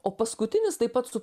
o paskutinis taip pat su